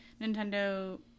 Nintendo